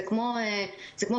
זה כמו פייסבוק,